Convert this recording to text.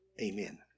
Amen